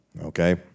okay